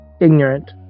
Ignorant